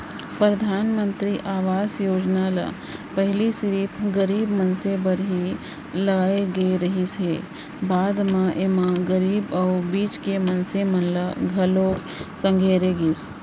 परधानमंतरी आवास योजना ल पहिली सिरिफ गरीब मनसे बर ही लाए गे रिहिस हे, बाद म एमा गरीब अउ बीच के मनसे मन ल घलोक संघेरे गिस